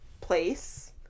place